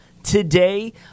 Today